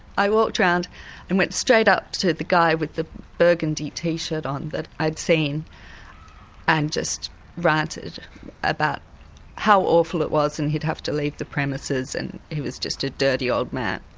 i walked round and went straight up to the guy with the burgundy t-shirt on that i'd seen and just ranted about how awful it was and he's have to leave the premises and he was just a dirty old man.